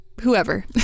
whoever